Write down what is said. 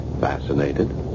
Fascinated